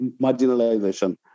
marginalization